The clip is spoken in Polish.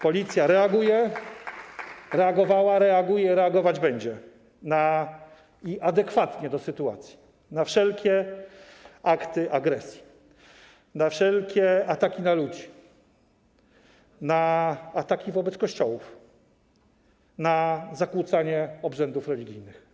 Policja reagowała, reaguje i reagować będzie, adekwatnie do sytuacji, na wszelkie akty agresji, na wszelkie ataki na ludzi, na ataki wobec kościołów, na zakłócanie obrzędów religijnych.